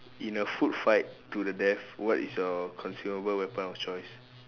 in a food fight to the death what is your consumable weapon of choice